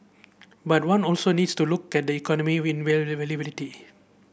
but one also needs to look at the economic